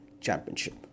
championship